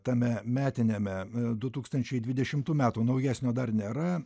tame metiniame du tūkstančiai dvidešimtų metų naujesnio dar nėra